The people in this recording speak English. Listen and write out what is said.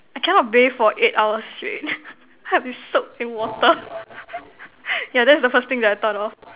I cannot bathe for eight hours straight help in soak in water yeah that's the first thing that I thought of